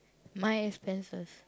my expenses